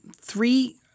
three –